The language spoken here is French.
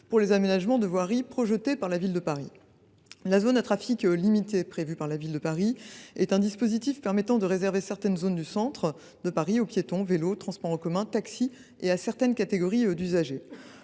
pour les aménagements de voirie projetés par la Ville de Paris. La zone à trafic limité prévue par cette dernière est un dispositif permettant de réserver certaines zones du centre de Paris aux piétons, aux vélos, aux transports en commun, aux taxis et à certaines catégories d’usagers.